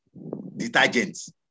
detergents